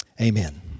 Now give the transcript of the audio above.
Amen